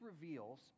reveals